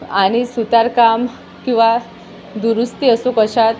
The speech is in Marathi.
आणि सुतारकाम किंवा दुरुस्ती असो कशात